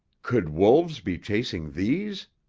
could wolves be chasing these?